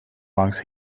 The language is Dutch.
langs